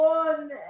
one